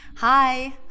Hi